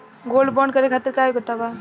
Gold bond करे खातिर का योग्यता बा?